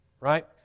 right